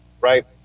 right